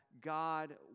God